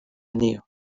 anezho